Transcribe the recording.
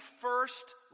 first